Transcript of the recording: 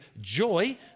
joy